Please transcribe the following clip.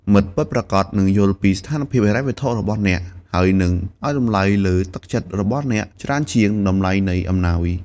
មិត្តពិតប្រាកដនឹងយល់ពីស្ថានភាពហិរញ្ញវត្ថុរបស់អ្នក ហើយនឹង ឱ្យតម្លៃលើទឹកចិត្តរបស់អ្នកច្រើនជាងតម្លៃនៃអំណោយ។